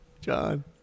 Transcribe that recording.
John